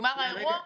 נגמר האירוע?